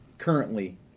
currently